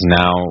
now